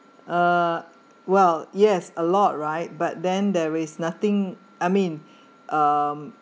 uh well yes a lot right but then there is nothing I mean um